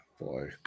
boy